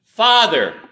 Father